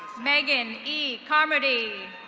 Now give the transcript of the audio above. megan e carmodie.